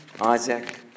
Isaac